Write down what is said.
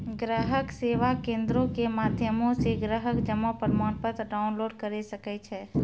ग्राहक सेवा केंद्रो के माध्यमो से ग्राहक जमा प्रमाणपत्र डाउनलोड करे सकै छै